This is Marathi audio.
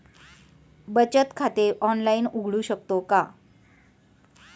बचत खाते ऑनलाइन उघडू शकतो का?